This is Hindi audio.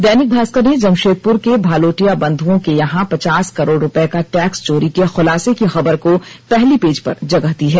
दैनिक भास्कर ने जमशेदपुर के भालोटिया बन्धुओं के यहां पचास करोड़ रूपए का टैक्स चोरी के खुलासे की खबर को पहली पेज पर जगह दी है